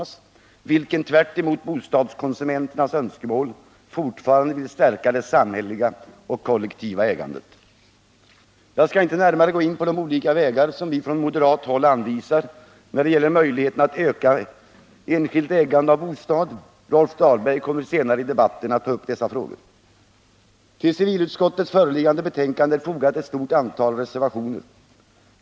De vill tvärtemot bostadskonsumenternas önskemål fortfarande stärka det samhälleliga och kollektiva ägandet. Jag skall inte närmare gå in på de olika vägar som vi från moderat håll anvisar när det gäller att öka möjligheten till enskilt ägande av bostad. Rolf Dahlberg kommer senare i debatten att ta upp dessa frågor. Till civilutskottets föreliggande betänkande har fogats ett stort antal reservationer.